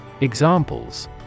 Examples